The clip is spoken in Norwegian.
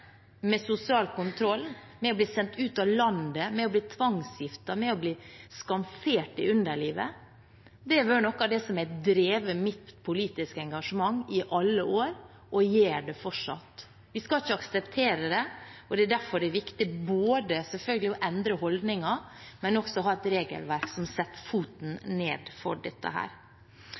med sosial kontroll, med å bli sendt ut av landet, med å bli tvangsgiftet, med å bli skamfert i underlivet, har vært noe av det som har drevet mitt politiske engasjement i alle år, og gjør det fortsatt. Vi skal ikke akseptere det, og det er derfor det er viktig selvfølgelig å endre holdninger, men også å ha et regelverk som setter foten ned for dette.